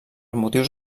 motius